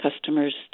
customers